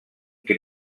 què